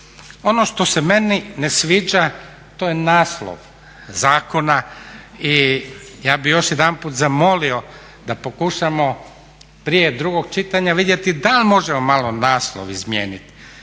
Ono što se meni ne sviđa to je naslov zakona i ja bih još jedanput zamolio da pokušamo prije drugog čitanja vidjeti da li možemo malo naslov izmijeniti.